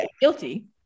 guilty